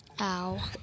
Ow